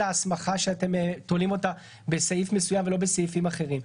ההסמכה שאתם תולים אותה בסעיף מסוים ולא בסעיפים אחרים.